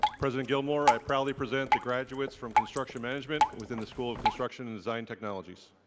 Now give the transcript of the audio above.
president gilmour, i proudly present the graduates from construction management within the school of construction and design technologies.